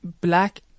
black